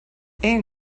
ian